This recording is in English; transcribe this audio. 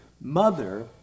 mother